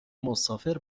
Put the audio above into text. مسافر